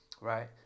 right